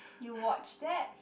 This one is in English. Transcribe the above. you watched that